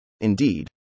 Indeed